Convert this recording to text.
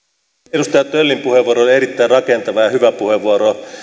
edustaja töllin puheenvuoro oli erittäin rakentava ja hyvä puheenvuoro